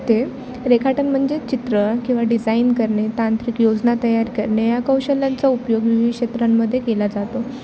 ते रेखाटन म्हणजे चित्र किंवा डिझाईन करणे तांत्रिक योजना तयार करणे या कौशल्यांचा उपयोग विविध क्षेत्रांमध्ये केला जातो